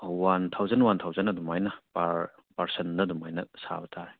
one thousand one thousand ꯑꯗꯨꯃꯥꯏꯅ ꯄꯥꯔ ꯄꯥꯔꯁꯟꯗ ꯑꯗꯨꯃꯥꯏꯅ ꯁꯥꯕ ꯇꯥꯔꯦ